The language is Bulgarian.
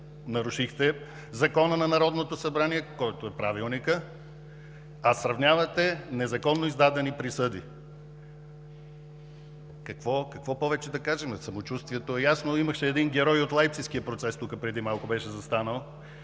нарушихте закона на Народното събрание, който е Правилникът, а сравнявате незаконно издадени присъди. Какво повече да кажем? Самочувствието е ясно. Имаше един „герой“ от Лайпцигския процес – тук преди малко беше застанал,